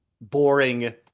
boring